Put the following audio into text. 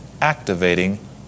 activating